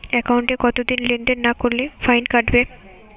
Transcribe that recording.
একাউন্টে কতদিন লেনদেন না করলে ফাইন কাটবে?